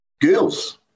girls